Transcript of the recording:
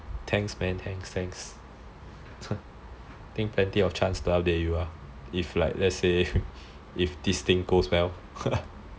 thanks man I think plenty of chance to update you ah if this thing goes well